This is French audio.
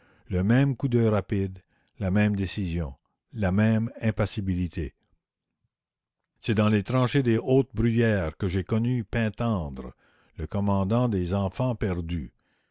le même coup d'œil rapide la même décision la même impassibilité c'est dans les tranchées des hautes bruyères que j'ai connu paintendre le commandant des enfants perdus